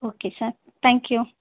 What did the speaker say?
okay sir thank you